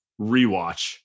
rewatch